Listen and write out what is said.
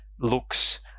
looks